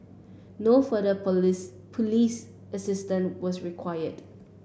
no further police please assistance was required